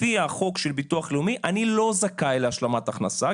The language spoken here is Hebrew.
לפי החוק של ביטוח לאומי אני לא זכאי להשלמת הכנסה,